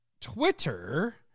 Twitter